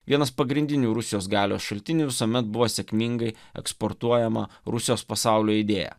vienas pagrindinių rusijos galios šaltinių visuomet buvo sėkmingai eksportuojama rusijos pasaulio idėja